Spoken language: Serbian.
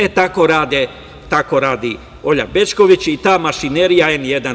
E, tako radi Olja Bećković i ta mašinerija N1.